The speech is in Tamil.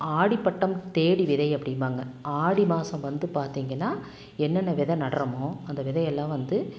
ஆடி பட்டம் தேடி விதை அப்படிம்பாங்க ஆடி மாதம் வந்து பார்த்தீங்கனா என்னென்ன வித நடுறமோ அந்த விதையெல்லாம் வந்து